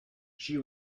she